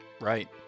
right